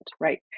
right